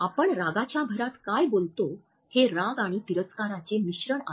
आपण रागाच्या भरात काय बोलतो हे राग आणि तिरस्काराचे मिश्रण आहे